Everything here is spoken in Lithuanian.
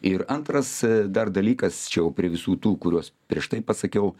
ir antras dar dalykas čia jau prie visų tų kuriuos prieš tai pasakiau